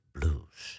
Blues